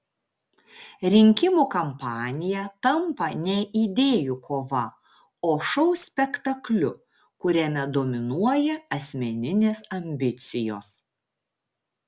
rinkimų kampanija tampa ne idėjų kova o šou spektakliu kuriame dominuoja asmeninės ambicijos